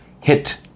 hit